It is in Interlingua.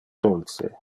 dulce